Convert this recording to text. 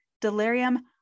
delirium